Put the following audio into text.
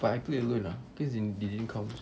but I play alone ah cause they they didn't call